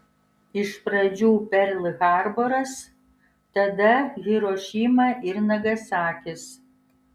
iš pradžių perl harboras tada hirošima ir nagasakis